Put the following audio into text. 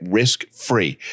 risk-free